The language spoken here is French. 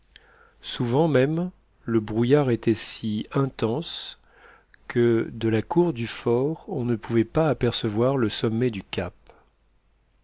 souvent même le brouillard était si intense que de la cour du fort on ne pouvait pas apercevoir le sommet du cap